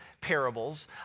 parables